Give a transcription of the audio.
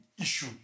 issue